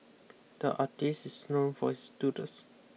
the artist is known for his doodles